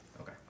Okay